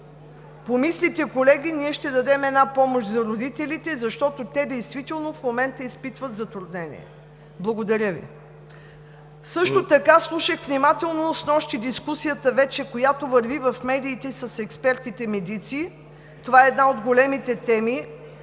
помислите, колеги, ние ще дадем една помощ за родителите, защото те действително в момента изпитват затруднение. Благодаря Ви. Също така снощи слушах внимателно дискусията, която вече върви в медиите с експертите медици – това е една от големите теми.